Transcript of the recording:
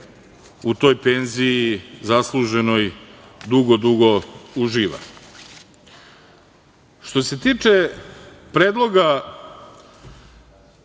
u toj penziji zasluženoj dugo, dugo uživa. Što se tiče predloga